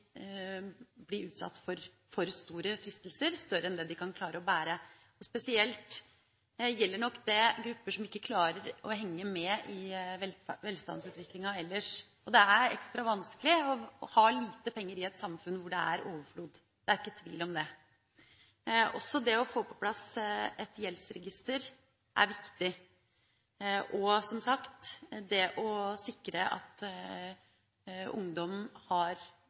kan klare å bære. Spesielt gjelder nok det grupper som ikke klarer å henge med i velstandsutviklinga ellers. Det er ekstra vanskelig å ha lite penger i et samfunn hvor det er overflod – det er ikke tvil om det. Også det å få på plass et gjeldsregister er viktig. Og, som sagt, det å sikre at ungdom har